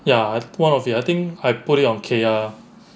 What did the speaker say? ya I one of the I think I put it on kaeya